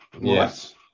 Yes